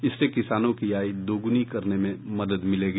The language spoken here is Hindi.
इससे किसानों की आय दोगुनी करने में मदद मिलेगी